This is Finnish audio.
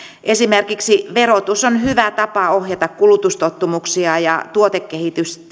esimerkiksi verotus on hyvä tapa ohjata kulutustottumuksia ja tuotekehitystä